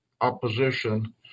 opposition